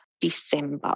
December